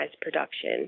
production